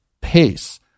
pace